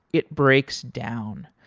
it breaks down.